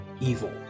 evil